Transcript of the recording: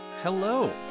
Hello